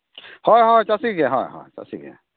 ᱦᱚᱸ ᱦᱚᱸ ᱪᱟᱥᱤ ᱜᱮ ᱦᱳᱭ ᱦᱳᱭ ᱪᱟᱥᱤ ᱜᱮ